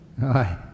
Hi